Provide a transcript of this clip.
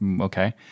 okay